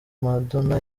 madonna